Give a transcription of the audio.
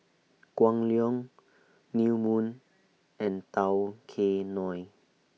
Kwan Loong New Moon and Tao Kae Noi